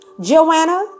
Joanna